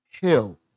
Hill